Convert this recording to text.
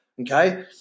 okay